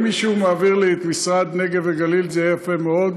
אם מישהו יעביר לי את משרד נגב וגליל זה יהיה יפה מאוד,